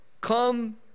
come